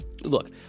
Look